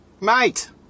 Mate